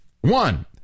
One